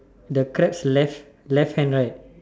the crab left left hand right